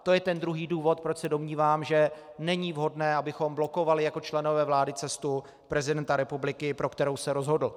To je ten druhý důvod, proč se domnívám, že není vhodné, abychom blokovali jako členové vlády cestu prezidenta republiky, pro kterou se rozhodl.